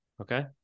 Okay